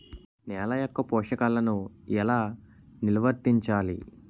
నెల యెక్క పోషకాలను ఎలా నిల్వర్తించాలి